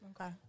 okay